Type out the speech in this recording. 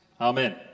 Amen